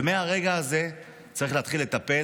ומהרגע הזה צריך להתחיל לטפל.